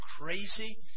crazy